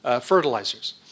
fertilizers